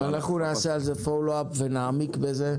אנחנו נעשה על זה פולן-אפ ונעמיק בזה,